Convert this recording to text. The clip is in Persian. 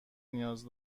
نیاز